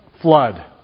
flood